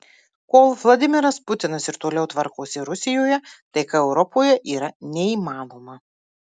kol vladimiras putinas ir toliau tvarkosi rusijoje taika europoje yra neįmanoma